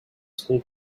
school